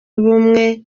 ubumwe